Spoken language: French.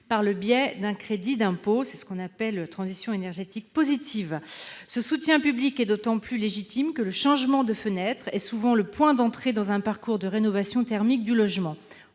par le biais d'un crédit d'impôt- c'est ce que l'on appelle la transition énergétique positive. Ce soutien public est d'autant plus légitime que le changement de fenêtres est souvent le point d'entrée dans un parcours de rénovation thermique du logement-